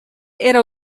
era